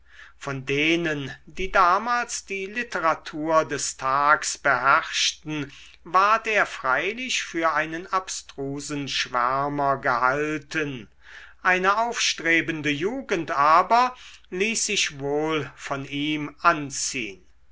von denen die damals die literatur des tags beherrschten ward er freilich für einen abstrusen schwärmer gehalten eine aufstrebende jugend aber ließ sich wohl von ihm anziehn